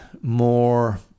more